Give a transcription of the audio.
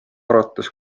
arvates